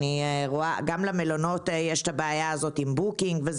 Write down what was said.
גם למלונות יש את הבעיה הזאת עם בוקינג.